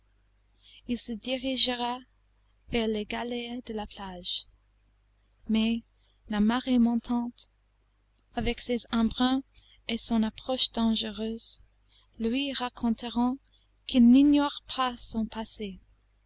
il se dirigera vers les galets de la plage mais la marée montante avec ses embruns et son approche dangereuse lui raconteront qu'ils n'ignorent pas son passé